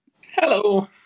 Hello